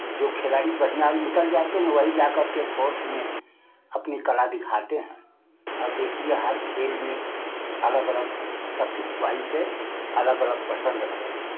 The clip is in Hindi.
जो खिलाड़ी बढ़ियाँ निकल जाते हैं वही जा करके फोर्स में अपनी कला दिखाते हैं अब देखिए हर खेल में अलग अलग सबकी च्वाइस है अलग अलग पसंद है